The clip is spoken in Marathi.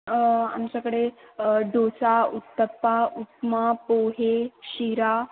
आमच्याकडे डोसा उत्तप्पा उपमा पोहे शिरा